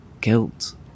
Guilt